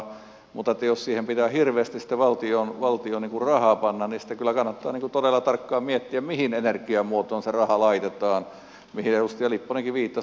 mutta jos siihen pitää hirveästi valtion rahaa panna niin sitten kyllä kannattaa todella tarkkaan miettiä mihin energiamuotoon se raha laitetaan mihin edustaja lipponenkin viittasi